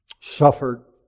suffered